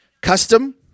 Custom